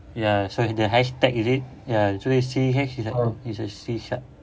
ya so the hashtag is it ya actually C hash is it is a C sharp